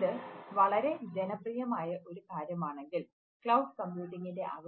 ഇതു വളരെ ജനപ്രിയമായ ഒരു കാര്യമാണെങ്കിൽ ക്ലൌഡ് കമ്പ്യൂട്ടിംഗിന്റെ ആണ്